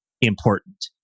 important